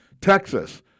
Texas